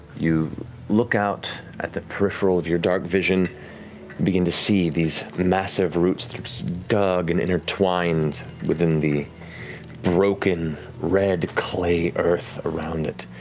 you look out at the peripheral of your darkvision. you begin to see these massive roots that are dug and intertwined within the broken, red clay earth around it.